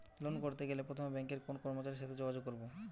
Loan করতে গেলে প্রথমে ব্যাঙ্কের কোন কর্মচারীর সাথে যোগাযোগ করব?